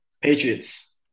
Patriots